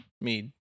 Mead